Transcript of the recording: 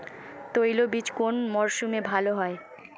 তৈলবীজ কোন মরশুমে ভাল হয়?